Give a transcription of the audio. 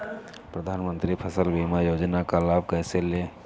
प्रधानमंत्री फसल बीमा योजना का लाभ कैसे लें?